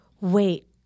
wait